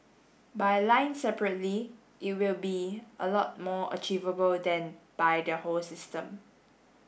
by line separately it will be a lot more achievable than by the whole system